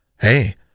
Hey